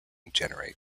generate